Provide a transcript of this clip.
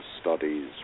Studies